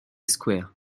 square